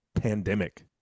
pandemic